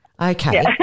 Okay